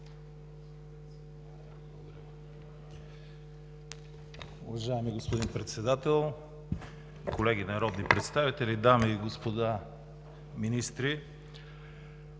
Уважаеми господин Председател, колеги народни представители, дами и господа министри!